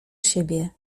siebie